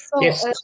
Yes